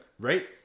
Right